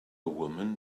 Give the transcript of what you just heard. woman